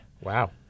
wow